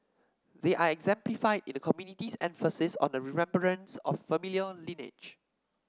they are exemplified in the community's emphasis on the remembrance of familial lineage